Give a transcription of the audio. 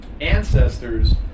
Ancestors